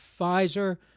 Pfizer